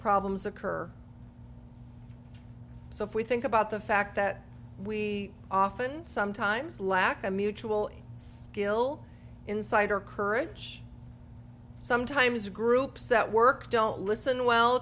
problems occur so if we think about the fact that we often sometimes lack a mutual still inside or courage sometimes groups that work don't listen well